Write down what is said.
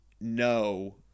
no